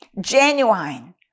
genuine